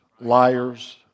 liars